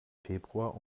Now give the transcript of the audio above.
februar